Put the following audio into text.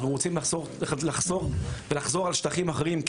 אנחנו רוצים לחסום ולחזור על שטחים אחרים,